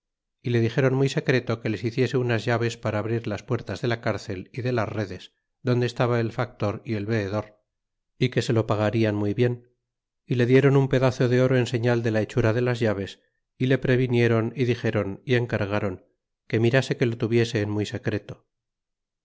y le dixiron muy secreto que leshiciese unas llaves para abrir las puertas de lacrcel y de las redes donde estaba el factor y el veedor y que se lo pagarian muy bien y le dieron un pedazo de oro en señal de la hechura de las llaves y le previnieron y dixeron y encargaron que mirase que lo tuviese en muy secreto